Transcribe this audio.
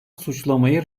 suçlamayı